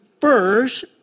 first